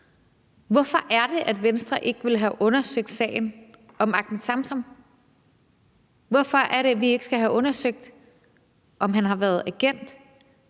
Hvorfor er det, at Venstre ikke vil have undersøgt sagen om Ahmed Samsam? Hvorfor er det, at vi ikke skal have undersøgt, om han har været agent